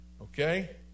Okay